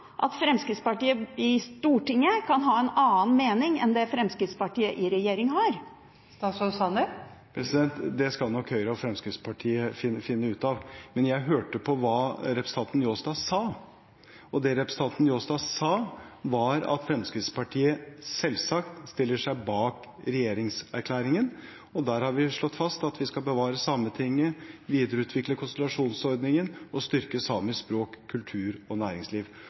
at Fremskrittspartiet i Stortinget kan ha en annen mening enn det Fremskrittspartiet har i regjering? Det skal nok Høyre og Fremskrittspartiet finne ut av. Men jeg hørte på hva representanten Njåstad sa, og det han sa, var at Fremskrittspartiet selvsagt stiller seg bak regjeringserklæringen, og der har vi slått fast at vi skal bevare Sametinget, videreutvikle konsultasjonsordningen og styrke samisk språk, kultur og næringsliv.